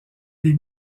des